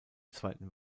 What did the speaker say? zweiten